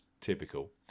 typical